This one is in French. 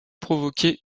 provoquer